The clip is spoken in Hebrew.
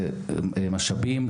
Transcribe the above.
משאבים,